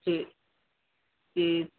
जी जी